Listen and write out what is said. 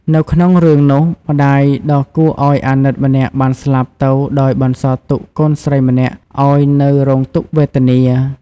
នៅក្នុងរឿងនោះ ម្តាយដ៏គួរឱ្យអាណិតម្នាក់បានស្លាប់ទៅដោយបន្សល់ទុកកូនស្រីម្នាក់ឱ្យនៅរងទុក្ខវេទនា។